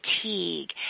fatigue